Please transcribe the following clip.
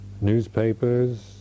newspapers